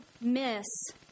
miss